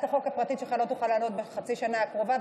החוק הפרטית שלך לא תוכל לעלות בחצי שנה הקרובה,